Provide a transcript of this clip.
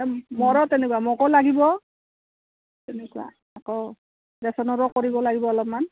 মৰো তেনেকুৱা মকো লাগিব তেনেকুৱা আকৌ ৰেচনৰো কৰিব লাগিব অলপমান